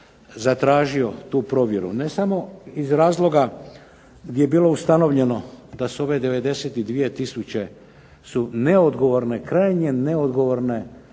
zatražio tu provjeru, ne samo iz razloga gdje je bilo ustanovljeno da je ovih 92 tisuće krajnje neodgovorne